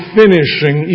finishing